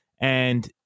and-